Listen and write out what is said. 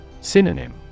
Synonym